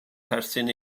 perthyn